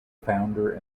founder